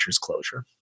closure